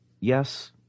yes